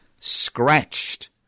scratched